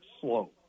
slow